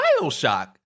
Bioshock